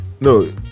no